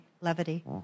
levity